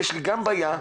יש לי גם בעיה,